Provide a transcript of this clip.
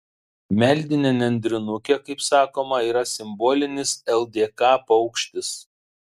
meldinė nendrinukė kaip sakoma yra simbolinis ldk paukštis